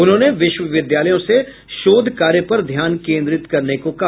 उन्होंने विश्वविद्यालयों से शोध कार्य पर ध्यान केन्द्रित करने को कहा